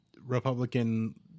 Republican